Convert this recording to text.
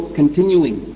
continuing